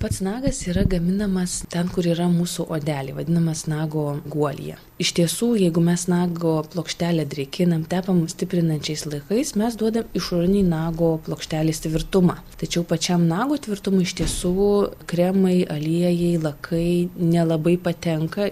pats nagas yra gaminamas ten kur yra mūsų odelė vadinamas nago guolyje iš tiesų jeigu mes nago plokštelę drėkinam tepam stiprinančiais laikais mes duodam išorinį nago plokštelės tvirtumą tačiau pačiam nago tvirtumui iš tiesų kremai aliejai lakai nelabai patenka